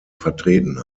vertreten